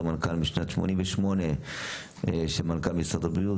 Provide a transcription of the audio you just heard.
מנכ"ל משנת 1988 של מנכ"ל משרד הבריאות,